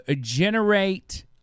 generate